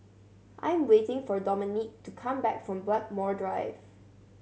I am waiting for Dominique to come back from Blackmore Drive